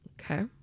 Okay